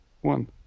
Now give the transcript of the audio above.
one